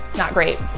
not great.